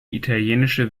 italienische